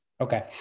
Okay